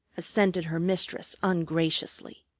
assented her mistress ungraciously.